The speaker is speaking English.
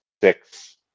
six